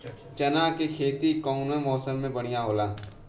चना के खेती कउना मौसम मे बढ़ियां होला?